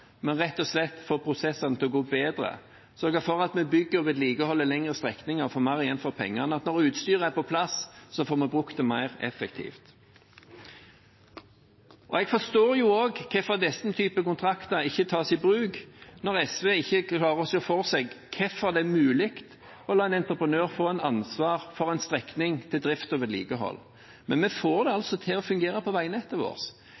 men rett og slett ved å få prosessene til å gå bedre, ved å sørge for at vi bygger og vedlikeholder lengre strekninger og får mer igjen for pengene, og at når utstyret er på plass, får vi brukt det mer effektivt. Jeg forstår også hvorfor slike kontrakter ikke tas i bruk når SV ikke klarer å se for seg hvordan det er mulig å la en entreprenør få ansvar for drift og vedlikehold av en strekning. Men vi får det